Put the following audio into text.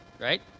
right